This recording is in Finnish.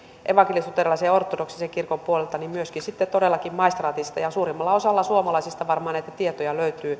evankelisluterilaisen ja ortodoksisen kirkon puolelta myöskin sitten todellakin maistraatista ja suurimmalla osalla suomalaisista varmaan näitä tietoja löytyy